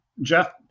Jeff